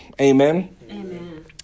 Amen